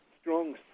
strong